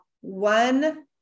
one